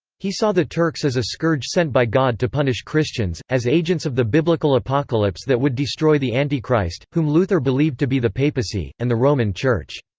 he saw the turks as a scourge sent by god to punish christians, as agents of the biblical apocalypse that would destroy the antichrist, whom luther believed to be the papacy, and the roman church.